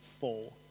four